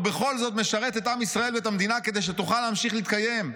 ובכל זאת משרת את עם ישראל ואת המדינה כדי שתוכל להמשיך להתקיים'.